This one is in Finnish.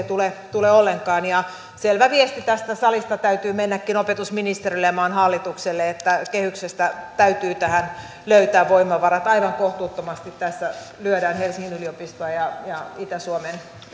ei tule ollenkaan selvän viestin tästä salista täytyy mennäkin opetusministeriölle ja maan hallitukselle että kehyksestä täytyy tähän löytää voimavarat aivan kohtuuttomasti tässä lyödään helsingin yliopistoa ja itä suomen